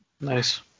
Nice